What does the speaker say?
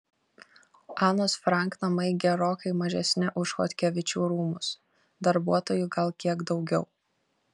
anos frank namai gerokai mažesni už chodkevičių rūmus darbuotojų gal kiek daugiau